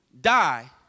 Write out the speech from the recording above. die